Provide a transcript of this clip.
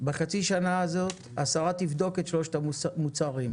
בחצי שנה הזאת השרה תבדוק את שלושת המוצרים,